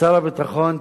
שר הביטחון,